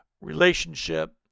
relationship